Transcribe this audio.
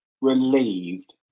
relieved